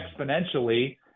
exponentially